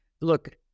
look